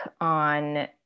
on